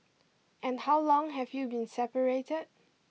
and how long have you been separated